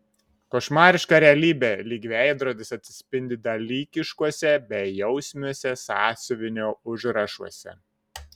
košmariška realybė lyg veidrodis atsispindi dalykiškuose bejausmiuose sąsiuvinio užrašuose